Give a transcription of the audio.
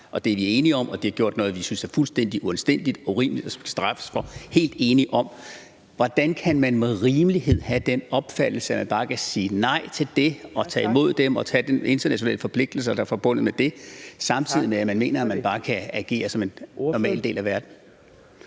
det er vi enige om – og fordi de har gjort noget, som vi synes er fuldstændig uanstændigt og urimeligt, og som de skal straffes for? Hvordan kan man med rimelighed have den opfattelse, at man bare kan sige nej til at tage imod dem og til at leve op til de internationale forpligtelser, der er forbundet med det, samtidig med at man mener, at man bare kan agere som en normal del af verden?